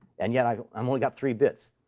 and yet i've um only got three bits.